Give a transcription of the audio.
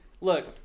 look